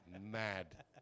Mad